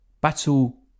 Battle